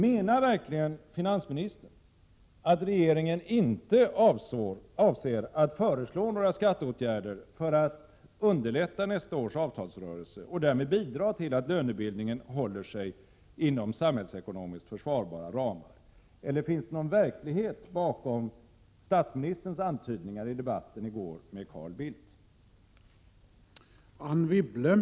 Menar verkligen finansministern att regeringen inte avser att föreslå några skatteåtgärder för att underlätta nästa års avtalsrörelse och därmed bidra till att lönebildningen håller sig inom samhällsekonomiskt försvarbara ramar, eller finns det någon verklighet bakom statsministerns antydningar i debatten i TV i går med Carl Bildt?